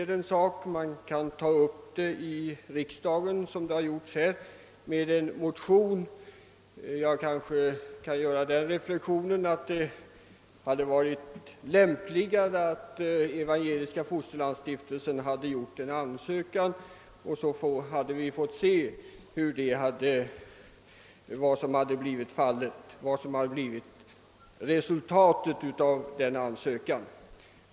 Som i detta fall kan frågan tas upp i riksdagen i form av en motion, men det hade kanske varit lämpligare att Evangeliska fosterlandsstiftelsen inlämnat en ansökan, varefter vi kunnat avvakta resultatet av denna.